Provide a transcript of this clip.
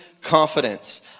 confidence